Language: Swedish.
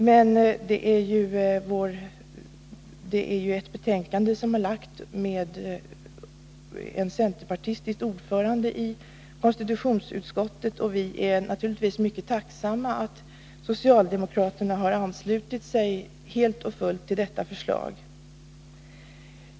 Men konstitutionsutskottet har en centerpartistisk ordförande, och vi är naturligtvis mycket tacksamma att socialdemokraterna har anslutit sig helt och fullt till detta förslag.